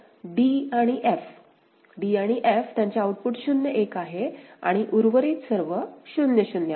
तर d आणि f d आणि f त्यांचे आउटपुट 0 1 आहे आणि उर्वरित सर्व 0 0 आहेत